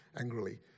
angrily